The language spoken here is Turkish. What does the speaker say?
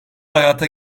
hayata